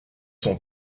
sont